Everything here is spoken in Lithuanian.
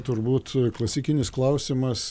turbūt klasikinis klausimas